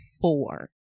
four